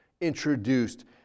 introduced